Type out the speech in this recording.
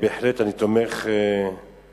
בהחלט אני תומך בחוק.